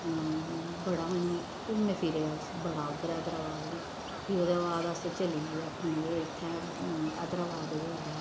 बड़ा घूमे फिरे अस बड़ा उद्धर हैदराबाद बी फ्ही ओह्दे बाद अस चली गे आखन लगे इत्थें हैदराबाद ओह् ऐ